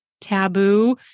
taboo